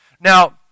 Now